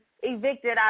evicted